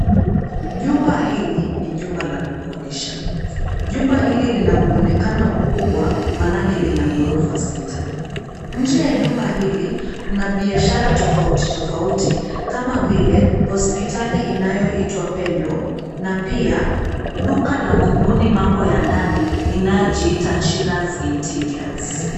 Jumba hili ni jumba la kukodisha, jumba hili lina mwonekano mkubwa maanake lina ghorofa sita, nje ya jumba hili kuna biashara tofauti tofauti kama vile, kama vile hospitali inayoitwa pendo. na pia, duka la kubuni mambo ya ndani inayojiita chira's interiors .